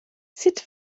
sut